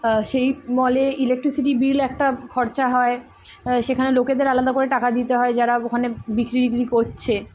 সেই মলে electricity bill একটা খরচা হয় সেখানে লোকেদের আলাদা করে টাকা দিতে হয় যারা ওখানে বিক্রি বিক্রি করছে